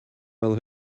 fel